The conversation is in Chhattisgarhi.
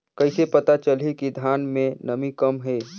कइसे पता चलही कि धान मे नमी कम हे?